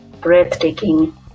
breathtaking